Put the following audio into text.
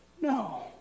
no